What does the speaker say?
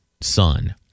Sun